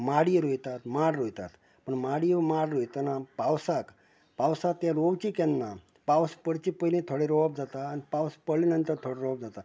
माडी रोंयतात माड रोंयतात माडयो माड रोंयतना पावसांक पावसांक तें रोवंचे केन्ना पावस पडचे पयली थोडें रोंवप जाता आनी पावस पडले नंतर थोडे रोंवप जाता